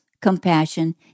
compassion